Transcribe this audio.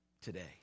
today